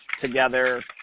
together